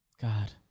God